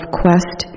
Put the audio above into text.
quest